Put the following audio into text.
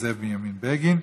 זאב בנימין בגין.